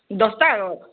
দহটাৰ আগত